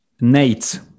Nate